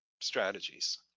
strategies